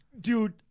Dude